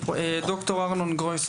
ד״ר ארנון גרויס,